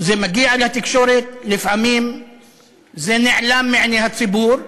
זה מגיע לתקשורת, לפעמים זה נעלם מעיני הציבור.